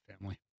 family